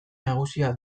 nagusia